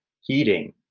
heating